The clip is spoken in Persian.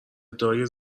ادعای